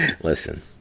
Listen